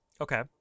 okay